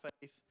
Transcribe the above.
faith